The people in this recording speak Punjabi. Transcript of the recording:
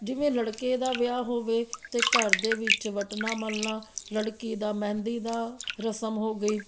ਜਿਵੇਂ ਲੜਕੇ ਦਾ ਵਿਆਹ ਹੋਵੇ ਤਾਂ ਘਰ ਦੇ ਵਿੱਚ ਵਟਣਾ ਮਲਣਾ ਲੜਕੀ ਦਾ ਮਹਿੰਦੀ ਦਾ ਰਸਮ ਹੋ ਗਈ